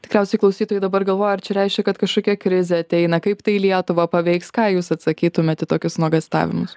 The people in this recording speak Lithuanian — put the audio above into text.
tikriausiai klausytojai dabar galvoja ar čia reiškia kad kažkokia krizė ateina kaip tai lietuvą paveiks ką jūs atsakytumėt į tokius nuogąstavimus